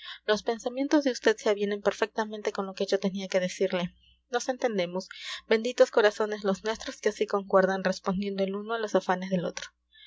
los pensamientos de vd se avienen perfectamente con lo que yo tenía que decirle nos entendemos benditos corazones los nuestros que así concuerdan respondiendo el uno a los afanes del otro